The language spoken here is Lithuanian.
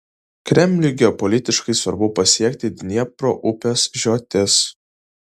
kremliui geopolitiškai svarbu pasiekti dniepro upės žiotis